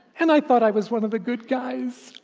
and i thought i was one of the good guys,